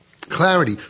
clarity